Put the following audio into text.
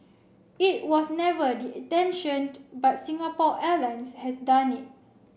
it was never the intention but Singapore Airlines has done it